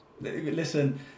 Listen